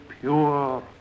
pure